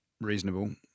reasonable